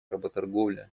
работорговля